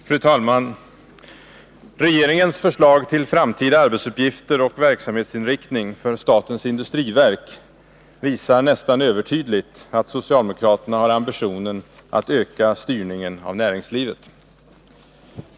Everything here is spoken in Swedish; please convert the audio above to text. Fru talman! Regeringens förslag till framtida arbetsuppgifter och verksamhetsinriktning för statens industriverk visar nästan övertydligt att socialdemokraterna har ambitionen att öka styrningen av näringslivet.